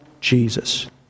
Jesus